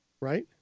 right